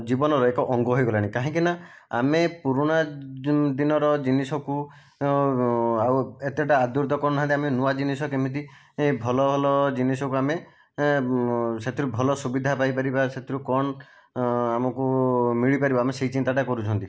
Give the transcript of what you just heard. ଜୀବନର ଏକ ଅଙ୍ଗ ହୋଇଗଲାଣି କାହିଁକି ନା ଆମେ ପୁରୁଣା ଦିନର ଜିନିଷକୁ ଆଉ ଏତେଟା ଆଦୃତ କରୁନାହାଁନ୍ତି ଆମେ ନୂଆ ଜିନିଷ କେମିତି ଭଲ ଭଲ ଜିନିଷକୁ ଆମେ ସେଥିରୁ ଭଲ ସୁବିଧା ପାଇପାରିବା ସେଥିରୁ କଣ ଆମକୁ ମିଳିପାରିବ ଆମେ ସେହି ଚିନ୍ତାଟା କରୁଛନ୍ତି